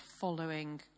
following